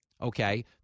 okay